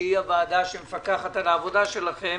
שמפקחת על העבודה שלכם,